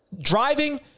driving